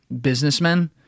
businessmen